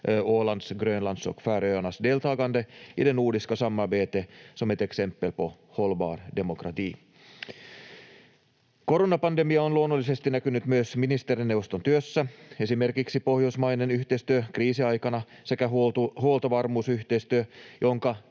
Ålands, Grönlands och Färöarnas deltagande i det nordiska samarbetet som ett exempel på hållbar demokrati. Koronapandemia on luonnollisesti näkynyt myös ministerineuvoston työssä. Esimerkiksi pohjoismainen yhteistyö kriisiaikana sekä huoltovarmuusyhteistyö, jonka